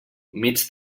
mig